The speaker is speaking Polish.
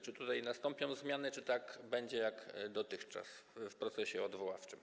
Czy tutaj nastąpią zmiany, czy będzie tak jak dotychczas w procesie odwoławczym?